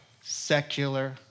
secular